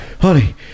honey